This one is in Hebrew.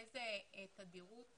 איזה תדירות